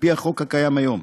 על-פי החוק הקיים היום.